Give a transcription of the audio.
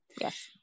Yes